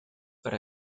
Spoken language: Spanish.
para